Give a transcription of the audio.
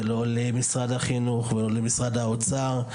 ולא למשרד החינוך ולא למשרד האוצר,